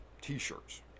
t-shirts